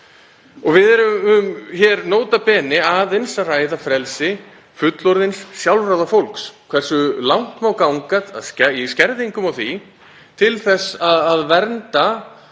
Við erum hér, nota bene, að ræða frelsi fullorðins, sjálfráða fólks. Hversu langt má ganga í skerðingum á því til þess að vernda